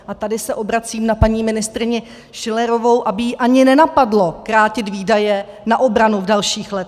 A tady se obracím na paní ministryni Schillerovou, aby ji ani nenapadlo krátit výdaje na obranu v dalších letech.